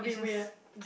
it's just